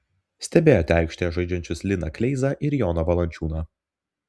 stebėjote aikštėje žaidžiančius liną kleizą ir joną valančiūną